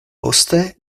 poste